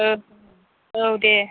औ औ दे